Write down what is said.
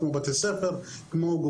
נשב ונחשוב מה טוב בשביל לקדם את זה ביחד.